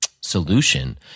solution